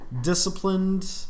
disciplined